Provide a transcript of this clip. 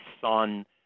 son